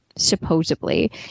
supposedly